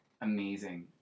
Amazing